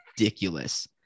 ridiculous